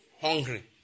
Hungry